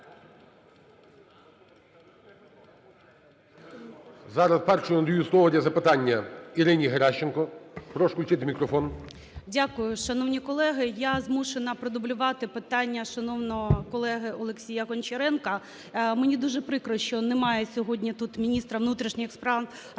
Зараз першій я надаю слово для запитання Ірині Геращенко. Прошу включити мікрофон. 10:44:26 ГЕРАЩЕНКО І.В. Дякую. Шановні колеги, я змушена продублювати питання шановного колеги Олексія Гончаренка. Мені дуже прикро, що немає сьогодні тут міністра внутрішніх справ